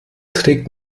trägt